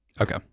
Okay